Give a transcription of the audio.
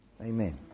Amen